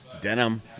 Denim